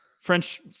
French